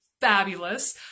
fabulous